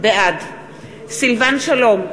בעד סילבן שלום,